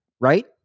right